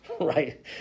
right